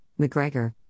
McGregor